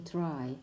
Try